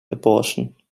abortion